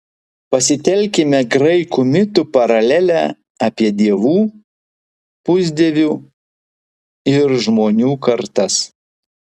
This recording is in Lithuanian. pasitelkime graikų mitų paralelę apie dievų pusdievių ir žmonių kartas